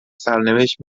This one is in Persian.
سرنوشت